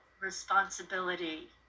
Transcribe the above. responsibility